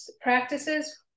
practices